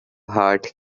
heart